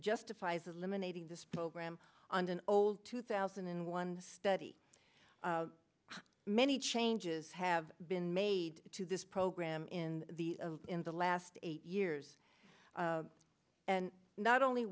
justifies eliminate this program on an old two thousand and one study many changes have been made to this program in the in the last eight years and not only